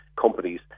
companies